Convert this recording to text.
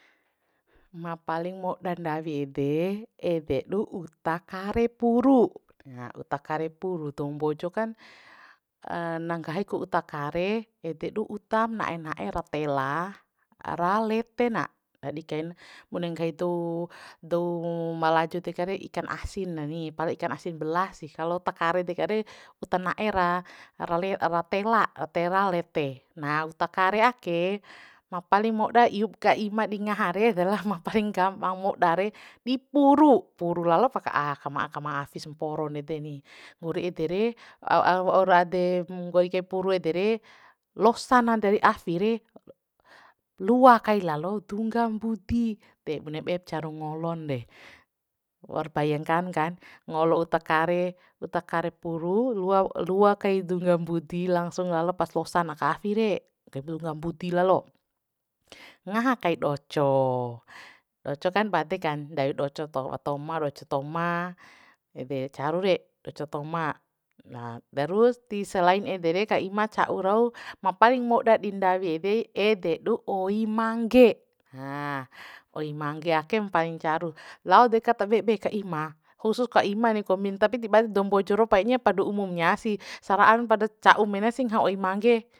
Ma paling moda ndawi ede ede du uta kare puru uta kare puru dou mbojo kan na nggahi ku uta kare ede du uta na'e na'e ra tela ra lete na ndadi kain bune nggahi dou- dou ma laju deka re ikan asin na ni pala ikan asin belah sih kalo uta kare deka re uta na'e ra ra tela tela lete na uta kare ake ma paling moda iup ka ima di ngaha re dela ma re ndi puru puru lalo pa ka'a kama'a kama'a fi samporo ndede ni nggori ede re ao ao waura de nggori kai puru ede re losa na dari afi re lua kai lalo dungga mbudi de bune bep caru ngolon re waur bayangkan kan ngolo uta kare uta kare puru lua lua kai dungga mbudi lalngsung lalopas losa na aka afi re kai dungga mbusi lalo ngaha kai doco doco kan bade kan ndawi doco tow toma doco toma ede caru re doco toma na terus ti selain ede re ka ima ca'u rau ma paling moda di ndawi de ede ndu oi mangge oi mangge akem paling caru lao deka tabebe ka ima husu ka ima ni kombi tapi ti bae dou mbojo rau payanya pada umumnya sih sara'a pada ca'u mena sih ngaha oi mangge